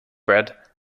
bread